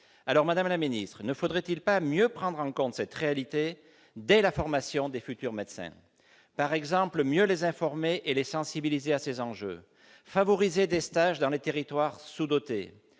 ! Madame la ministre, ne faudrait-il pas mieux prendre en compte cette réalité lors de la formation des futurs médecins ? Ne faudrait-il pas mieux les informer et les sensibiliser à ces enjeux, favoriser les stages dans les zones sous-dotées,